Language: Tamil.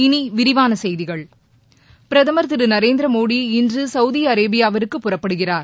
இனி விரிவான செய்திகள் பிரதமர் திரு நரேந்திர மோடி இன்று சவுதி அரேபியாவிற்கு புறப்படுகிறார்